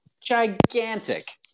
Gigantic